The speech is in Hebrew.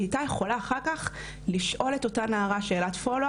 היא הייתה יכולה אחר כך לשאול את אותה נערה שאלת מעקב